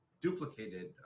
duplicated